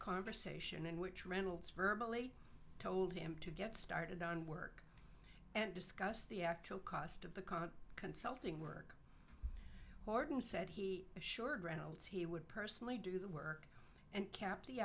conversation in which reynolds verbal eight told him to get started on work and discuss the actual cost of the current consulting work horton said he assured reynolds he would personally do the work and cap the